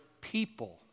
people